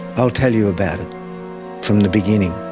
i'll tell you about it from the beginning.